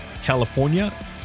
California